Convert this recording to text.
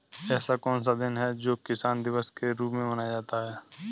ऐसा कौन सा दिन है जो किसान दिवस के रूप में मनाया जाता है?